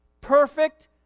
Perfect